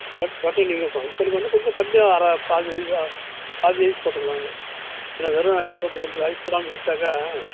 but நீங்கள் ஃபங்க்ஷனுக்கு கொஞ்சம் கம்மியாக அரை பாதி ஐஸாக பாதி ஐஸ் போட்டுக்கலாங்க ஏன்னால் வெறும் ஐஸ் போட்டு குடி ஐஸ் போடாமல் குடித்தாக்கா